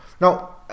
Now